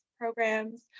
programs